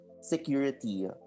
security